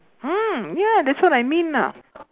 mm ya that's what I mean ah